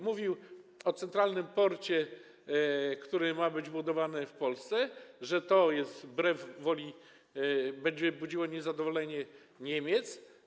Mówił o centralnym porcie, który ma być budowany w Polsce, że to jest wbrew woli, będzie budziło niezadowolenie Niemiec.